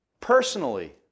personally